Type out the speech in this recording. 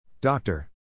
Doctor